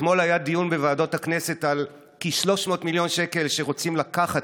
אתמול היה דיון בוועדות הכנסת על כ-300 מיליון שקל שרוצים לקחת,